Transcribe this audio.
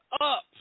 up